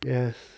yes